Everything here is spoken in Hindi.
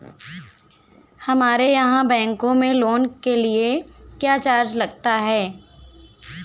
हमारे यहाँ बैंकों में लोन के लिए क्या चार्ज लगता है?